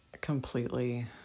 completely